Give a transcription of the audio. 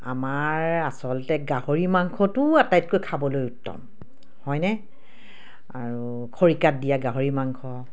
আমাৰ আচলতে গাহৰি মাংসটো আটাইতকৈ খাবলৈ উত্তম হয়নে আৰু খৰিকাত দিয়া গাহৰি মাংস